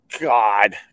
God